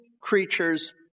creatures